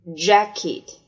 jacket